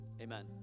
Amen